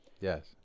Yes